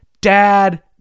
dad